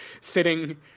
sitting